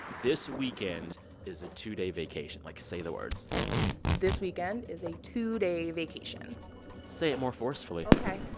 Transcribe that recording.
this weekend is a two-day vacation. like, say the words this weekend is a two-day vacation say it more forcefully ok.